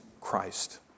Christ